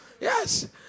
Yes